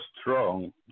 strong